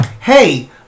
hey